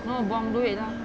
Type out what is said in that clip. no buang duit ah